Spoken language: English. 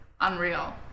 unreal